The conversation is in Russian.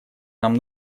нам